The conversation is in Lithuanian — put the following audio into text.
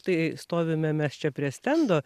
tai stovime mes čia prie stendo